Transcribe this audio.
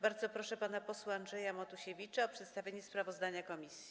Bardzo proszę pana posła Andrzeja Matusiewicza o przedstawienie sprawozdania komisji.